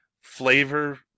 flavor